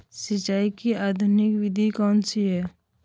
सिंचाई की आधुनिक विधि कौन सी है?